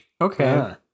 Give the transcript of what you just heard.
okay